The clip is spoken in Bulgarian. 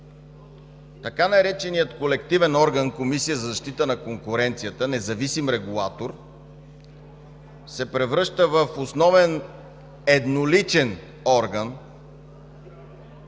така нареченият „колективен орган” Комисия за защита на конкуренцията – независим регулатор, се превръща в основен едноличен орган,